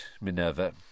Minerva